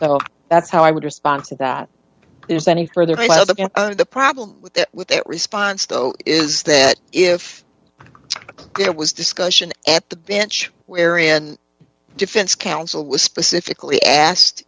him that's how i would respond to that there's any further the problem with that response though is that if there was discussion at the bench weary and defense counsel was specifically asked